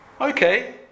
Okay